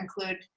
include